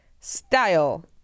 Style